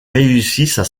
réussissent